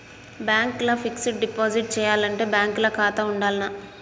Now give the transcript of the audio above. Bank ల fixed deposit చేయాలంటే bank ల ఖాతా ఉండాల్నా?